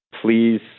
Please